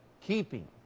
keeping